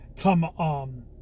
come